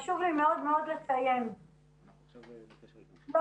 חשוב לי מאוד לציין, אסור לנו להתבלבל,